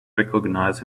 recognize